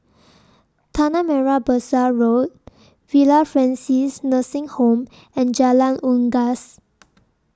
Tanah Merah Besar Road Villa Francis Nursing Home and Jalan Unggas